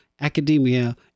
Academia